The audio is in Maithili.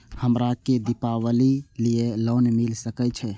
हमरा के दीपावली के लीऐ लोन मिल सके छे?